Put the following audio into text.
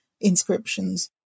inscriptions